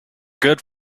good